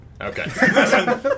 Okay